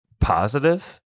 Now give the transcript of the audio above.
positive